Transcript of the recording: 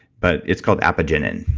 but it's called apigenin,